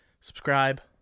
Subscribe